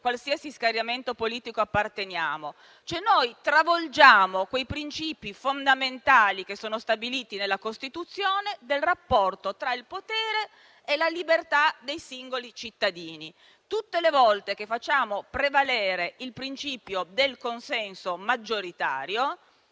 qualsiasi schieramento politico apparteniamo. Noi travolgiamo i princìpi fondamentali, stabiliti nella Costituzione, del rapporto tra il potere e la libertà dei singoli cittadini, tutte le volte che facciamo prevalere il principio del consenso maggioritario.